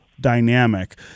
dynamic